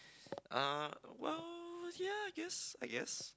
uh well ya I guess I guess